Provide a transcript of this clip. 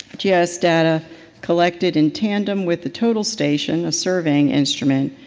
yeah gis data collected in tandem with the total station of serving instruments,